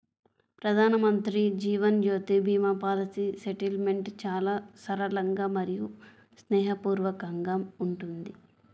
ప్రధానమంత్రి Jeevan Jyoti Bima policy settlement చాలా సరళంగా మరియు స్నేహపూర్వకంగా ఉంటుంది